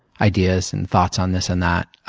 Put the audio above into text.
ideas, and thoughts on this and that.